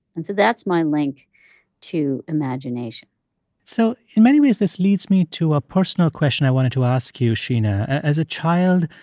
and so that's my link to imagination so in many ways, this leads me to a personal question i wanted to ask you, sheena. as a child,